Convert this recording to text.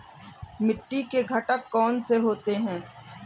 मिट्टी के घटक कौन से होते हैं?